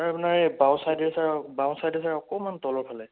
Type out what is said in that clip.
sir আপোনাৰ এই বাওঁচাইদে ছাৰ বাওঁচাইদে ছাৰ অকমান তলৰফালে